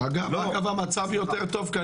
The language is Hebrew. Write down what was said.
המצב כנראה יותר טוב.